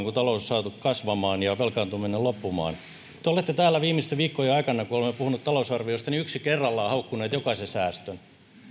kun talous on saatu kasvamaan ja velkaantuminen loppumaan te olette täällä viimeisten viikkojen aikana kun olemme puhuneet talousarviosta yksi kerrallaan haukkuneet jokaisen säästön